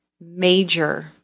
major